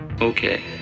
okay